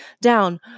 down